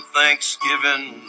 thanksgiving